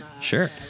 sure